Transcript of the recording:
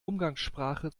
umgangssprache